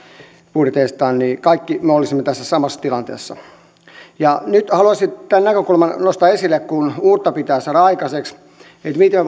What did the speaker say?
budjeteistaan kaikki me olisimme tässä samassa tilanteessa nyt haluaisin tämän näkökulman nostaa esille kun uutta pitää saada aikaiseksi miten